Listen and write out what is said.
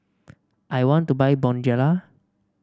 I want to buy Bonjela